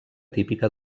típica